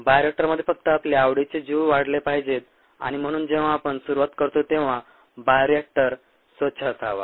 बायोरिएक्टरमध्ये फक्त आपल्या आवडीचे जीव वाढले पाहिजेत आणि म्हणून जेव्हा आपण सुरुवात करतो तेव्हा बायोरिएक्टर स्वच्छ असावा